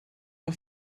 for